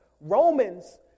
Romans